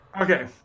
Okay